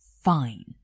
fine